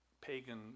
pagan